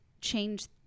change